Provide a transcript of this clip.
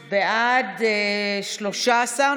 בעד, 13,